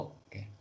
okay